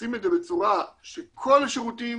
עושים את זה בצורה שכל השירותים